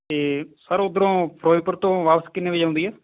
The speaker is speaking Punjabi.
ਅਤੇ ਸਰ ਉਧਰੋਂ ਫਿਰੋਜ਼ਪੁਰ ਤੋਂ ਵਾਪਸ ਕਿੰਨੇ ਵਜ੍ਹੇ ਆਉਂਦੀ ਹੈ